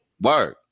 Word